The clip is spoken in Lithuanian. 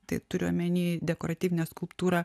tai turiu omeny dekoratyvinę skulptūrą